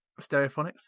Stereophonics